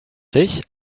sich